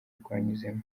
rwanyuzemo